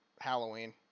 Halloween